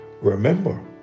Remember